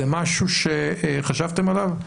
זה משהו שחשבתם עליו?